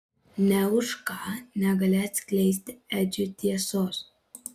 nė už ką negali atskleisti edžiui tiesos